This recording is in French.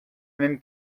même